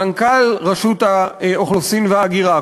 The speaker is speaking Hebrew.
מנכ"ל רשות האוכלוסין וההגירה,